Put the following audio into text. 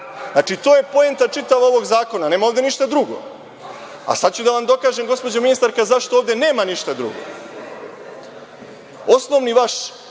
Znači, to je poenta čitavog ovog zakona, nema ovde ništa drugo. Sada ću da vam dokažem, gospođo ministarka, zašto ovde nema ništa drugo. Osnovni vaš,